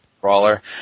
brawler